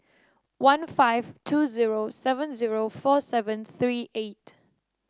one five two zero seven zero four seven three eight